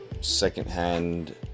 secondhand